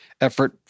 effort